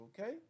okay